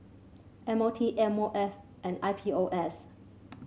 M O T M O F and I P O S